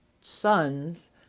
sons